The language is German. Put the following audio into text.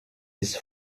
ist